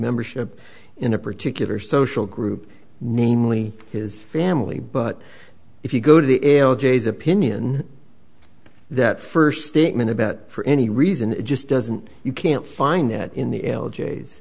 membership in a particular social group namely his family but if you go to the air with jay's opinion that first statement about for any reason it just doesn't you can't find that in the l j